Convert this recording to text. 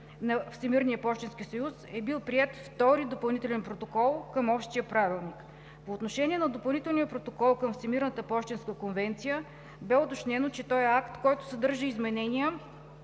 на Всемирния пощенски съюз е бил приет Втори допълнителен протокол към Общия правилник. По отношение на Допълнителния протокол към Всемирната пощенска конвенция бе уточнено, че той е акт, който съдържа изменения